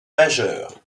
majeur